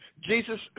Jesus